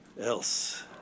else